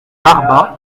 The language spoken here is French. barba